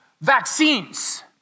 vaccines